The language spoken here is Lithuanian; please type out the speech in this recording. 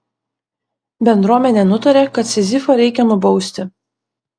bendruomenė nutarė kad sizifą reikia nubausti